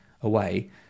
away